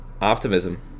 optimism